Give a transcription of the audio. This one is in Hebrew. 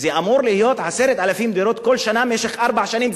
זה היה אמור להיות 10,000 דירות כל שנה במשך ארבע שנים,